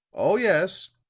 oh, yes.